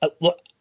look